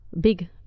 big